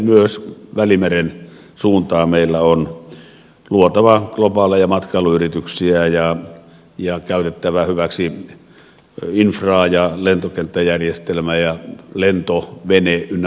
myös välimeren suuntaan meillä on luotava globaaleja matkailuyrityksiä ja käytettävä hyväksi infraa ja lentokenttäjärjestelmää ja lento vene ynnä muuta